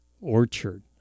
orchard